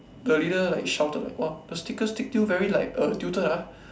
the leader like shouted like !wah! the sticker stick till very like err tilted ah